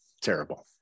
terrible